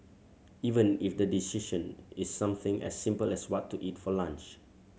even if the decision is something as simple as what to eat for lunch